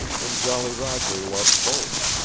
and jolly roger loved both.